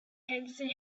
henderson